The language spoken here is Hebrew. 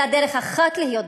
אלא דרך אחת להיות דמוקרטים,